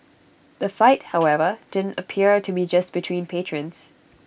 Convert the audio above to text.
the fight however didn't appear to be just between patrons